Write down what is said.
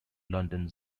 london